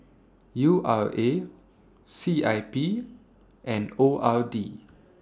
U R A C I P and O R D